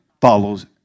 follows